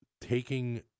taking